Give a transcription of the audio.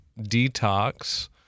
Detox